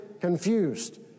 confused